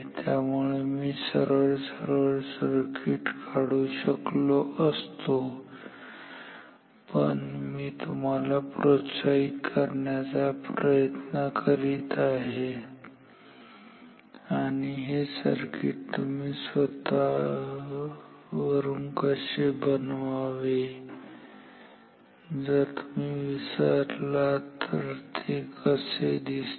त्यामुळे मी सरळ सरळ सर्किट काढू शकलो असतो पण मी तुम्हाला हा प्रोत्साहित करण्याचा प्रयत्न करत आहे की हे सर्किट तुम्ही स्वतः वरून कसे बनवावे जर तुम्ही विसरलात ते कसे दिसते